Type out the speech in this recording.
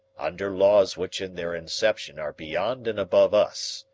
under laws which in their inception are beyond and above us,